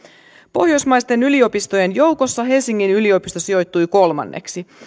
pohjoismaisten yliopistojen joukossa helsingin yliopisto sijoittui kolmanneksi